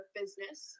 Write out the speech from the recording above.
business